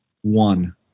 One